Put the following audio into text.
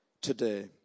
today